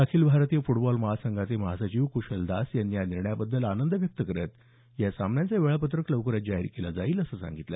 अखिल भारतीय फुटबॉल महासंघाचे महासचिव कुशल दास यांनी या निर्णयाबद्दल आनंद व्यक्त करत या सामन्यांचं वेळापत्रक लवकरच जाहीर केलं जाईल असं सांगितलं